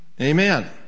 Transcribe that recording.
Amen